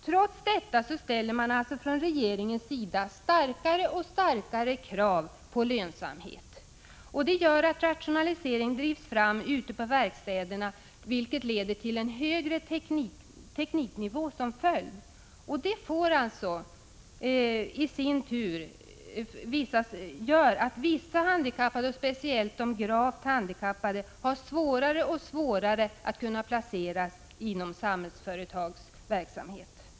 Trots detta ställer man från regeringens sida allt starkare krav på lönsamhet. Det gör att rationaliseringen drivs fram ute på verkstäderna, vilket leder till en högre tekniknivå. Det gör det i sin tur svårare för gravt handikappade att kunna placeras inom Samhällsföretags verksamhet.